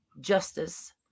Justice